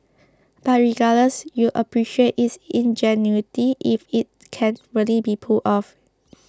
but regardless you'd appreciate its ingenuity if it can really be pulled off